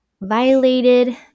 violated